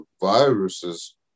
viruses